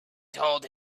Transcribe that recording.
told